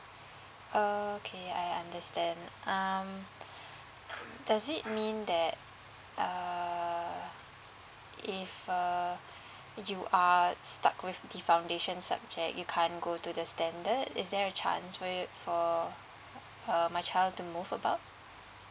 okay I understand um does it mean that err if uh you are stuck with the foundation subject you can't go to the standard is there a chance for it for uh my child to move about